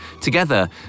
Together